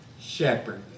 shepherd